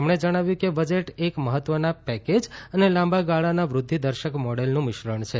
તેમણે જણાવ્યું કે બજેટ એક મહત્વના પેકેજ અને લાંબા ગાળાના વૃદ્વિદર્શક મોડેલનું મિશ્રણ છે